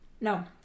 No